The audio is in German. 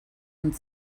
und